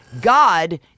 God